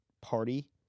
party